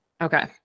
okay